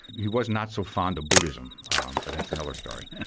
he was not so fond of buddhism, but that's another story.